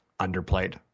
underplayed